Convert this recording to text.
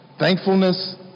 Thankfulness